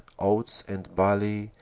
oats and barley,